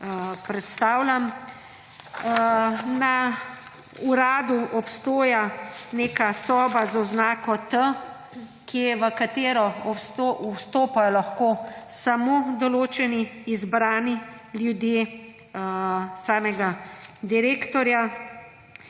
predstavljam. Na Uradu obstoja neka soba z oznako T, v katero lahko vstopajo samo določeni izbrani ljudje samega direktorja.